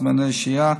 זמני שהייה,